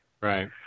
Right